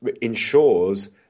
ensures